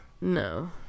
No